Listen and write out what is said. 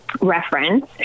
reference